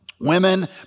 women